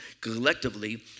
collectively